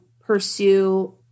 pursue